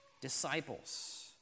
disciples